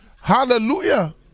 Hallelujah